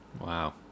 Wow